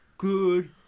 Good